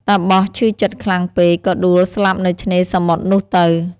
តាបសឈឺចិត្តខ្លាំង ពេក ក៏ដួលស្លាប់នៅឆ្នេរសមុទ្រនោះទៅ ។